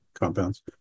compounds